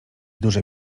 duże